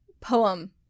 poem